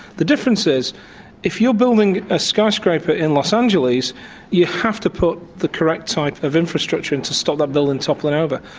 the difference if you're building a sky scraper in los angeles you have to put the correct type of infrastructure in to stop that building toppling over.